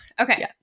Okay